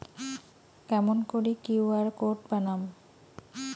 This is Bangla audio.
কেমন করি কিউ.আর কোড বানাম?